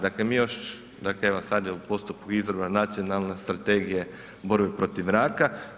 Dakle mi još, dakle evo sad je u postupku izrada Nacionalne strategije borbe protiv raka.